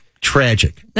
tragic